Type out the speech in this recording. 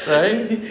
sorry